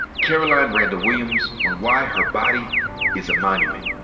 caroline randall williams on why her body is a monument.